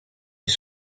les